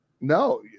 no